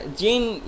gene